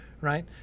right